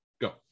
Go